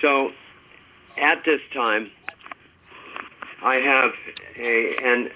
so at this time i have a and